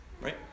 Right